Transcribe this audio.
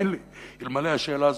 האמן לי שאלמלא השאלה הזאת,